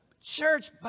Church